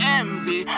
envy